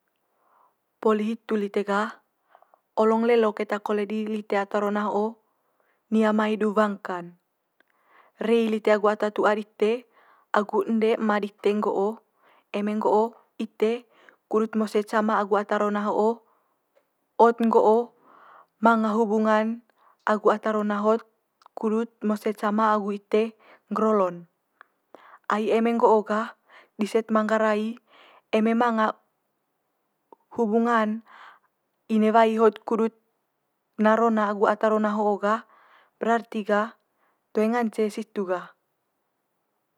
Poli hitu lite gah olong lelo keta kole di lite ata rona ho'o nia mai du wangka'n. Rei lite agu ata tua dite agu ende ema dite nggo'o eme nggo'o ite kudut mose cama agu ata rona ho'o hot nggo'o manga hubungan agu ata rona hot kudut mose cama agu ite ngger olo'n. Ai eme nggo'o gah dise't manggarai eme manga hubungan inewai hot kudut na rona agu ata rona ho gah, berarti gah toe ngance situ gah.